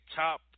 top